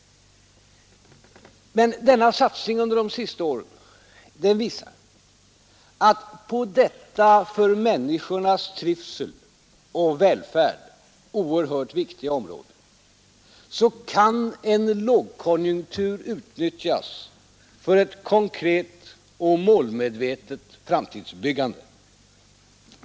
Denna satsning visar att på detta för människornas trivsel och välfärd oerhört viktiga område kan en lågkonjunktur utnyttjas för ett konkret och målmedvetet framtidsbyggande.